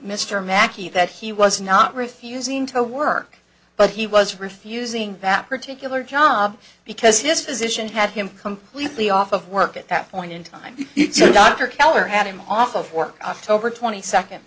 mr makki that he was not refusing to work but he was refusing batter tickler job because his position had him completely off of work at that point in time the doctor keller had him off of work october twenty second